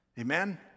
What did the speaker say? amen